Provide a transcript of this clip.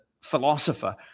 philosopher